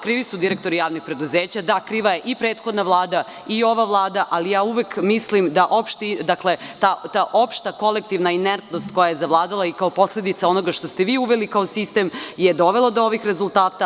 Krivi su direktori javnih preduzeća, da, kriva je i prethodna i ova Vlada, ali uvek mislim da ta opšta kolektivna inertnost koja je zavladala kao posledica onoga što ste vi uveli kao sistem, je dovelo do ovih rezultata.